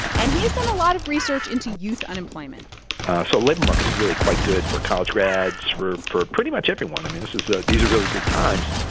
and he has done a lot of research into youth unemployment so labor market is really quite good for college grads, for for pretty much everyone. i mean, this is a these are really good times.